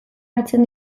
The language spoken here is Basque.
hartzen